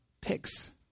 picks